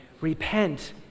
repent